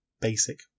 basic